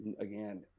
again